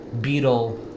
beetle